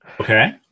Okay